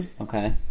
Okay